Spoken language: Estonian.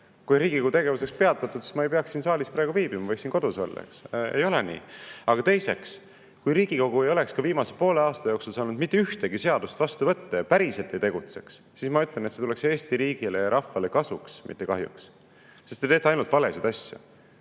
Kui Riigikogu tegevus oleks peatatud, siis ma ei peaks siin saalis viibima, võiksin kodus olla. Ei ole nii. Teiseks, kui Riigikogu ei oleks viimase poole aasta jooksul saanud mitte ühtegi seadust vastu võtta ja päriselt ei oleks tegutsenud, siis ma ütlen, et see oleks tulnud Eesti riigile ja rahvale kasuks, mitte kahjuks, sest [valitsus] teeb ainult valesid asju.